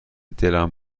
دلم